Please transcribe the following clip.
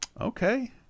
Okay